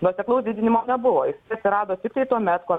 nuoseklaus didinimo nebuvo atsirado tiktai tuomet kai